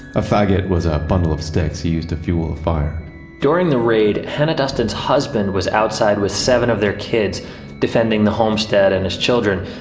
a faggot was a bundle of sticks used to fuel a fire during the raid, hannah duston's husband was outside with seven of their kids defending the homestead and his children.